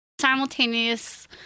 Simultaneous